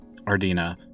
Ardina